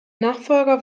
nachfolger